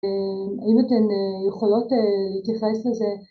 ‫אם אתן יכולות להתייחס לזה.